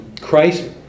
Christ